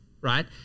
right